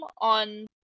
on